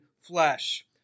flesh